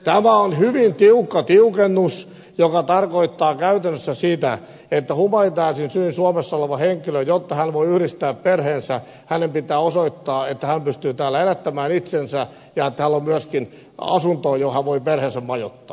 tämä on hyvin tiukka tiukennus joka tarkoittaa käytännössä sitä että humanitäärisin syin suomessa olevan henkilön jotta hän voi yhdistää perheensä pitää osoittaa että hän pystyy täällä elättämään itsensä ja hänellä on myöskin asunto mihin hän voi perheensä majoittaa